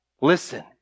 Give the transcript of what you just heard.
Listen